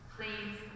Please